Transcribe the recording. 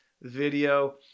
video